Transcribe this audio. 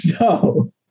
no